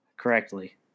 correctly